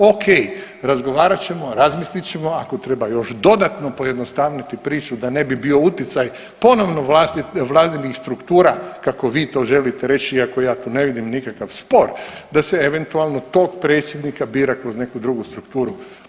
Okej, razgovarat ćemo, razmislit ćemo, ako treba još dodatno pojednostaviti priču da ne bi bio utjecaj ponovo Vladinih struktura, kako bi to želite reći, iako ja tu ne vidim nikakav spor da se eventualno tog predsjednika bira kroz neku drugu strukturu.